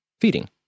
feeding